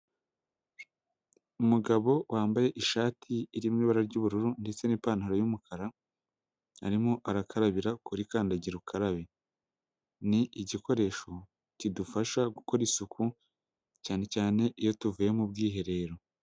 Umugabo wambaye ishati irimo ibara ry'ubururu ndetse n'ipantaro y'umukara arimo arakarabira kuri kandagira ukarabe, ni igikoresho kidufasha gukora isuku cyane cyane iyo tuvuye mu bwiherero.